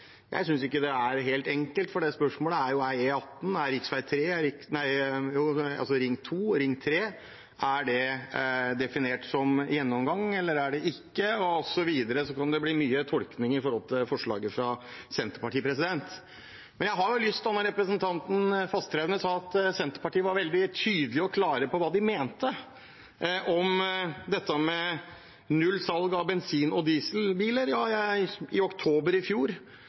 jeg må bare si at representanten Fasteraune sa det var veldig enkelt å forstå hva man mente med forslaget. Jeg synes ikke det er helt enkelt, for det spørsmålet er jo: Er E18, rv. 3, Ring 2 og Ring 3 definert som gjennomgang, eller er de ikke det? Så det kan bli mye tolkning med forslaget fra Senterpartiet. Representanten Fasteraune sa at Senterpartiet var veldig tydelige og klare på hva de mente om dette med null salg av bensin- og dieselbiler. I oktober i fjor